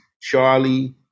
Charlie